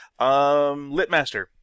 Litmaster